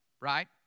right